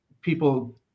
people